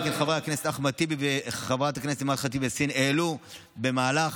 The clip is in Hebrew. חבר הכנסת אחמד טיבי וחברת הכנסת אימאן ח'טיב יאסין העלו במהלך